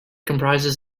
comprises